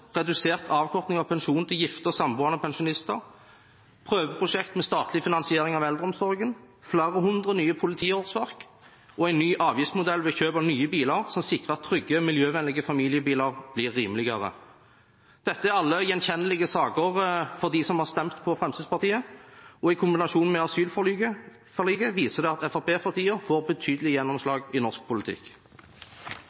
redusert avkorting av pensjonen til gifte og samboende pensjonister, prøveprosjekt med statlig finansiering av eldreomsorgen, flere hundre nye politiårsverk og en ny avgiftsmodell ved kjøp av nye biler som sikrer at trygge miljøvennlige familiebiler blir rimeligere. Dette er alle gjenkjennelige saker for dem som har stemt på Fremskrittspartiet, og i kombinasjon med asylforliket viser det at Fremskrittspartiet for tiden får betydelig gjennomslag i norsk politikk.